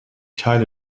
teile